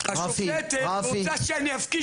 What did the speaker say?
השופטת רוצה שאני אפקיד